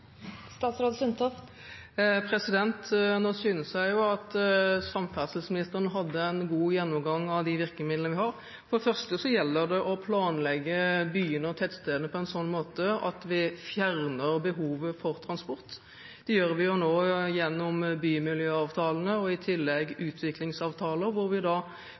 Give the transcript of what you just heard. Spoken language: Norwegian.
Nå synes jeg jo at samferdselsministeren hadde en god gjennomgang av de virkemidlene vi har. For det første gjelder det å planlegge byene og tettstedene på en slik måte at vi fjerner behovet for transport. Det gjør vi nå gjennom bymiljøavtalene og i tillegg utviklingsavtaler, hvor vi